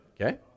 okay